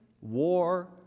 war